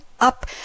Up